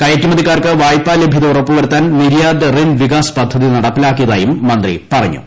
കയറ്റുമതിക്കാർക്ക് വായ്പാ ലഭ്യത ഉറപ്പുവരുത്താൻ നിര്യാത് റിൻ വികാസ് പദ്ധതി നടപ്പിലാക്കിയതായും മന്ത്രി പറഞ്ഞു